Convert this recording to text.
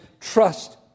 trust